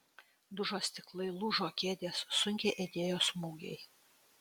dužo stiklai lūžo kėdės sunkiai aidėjo smūgiai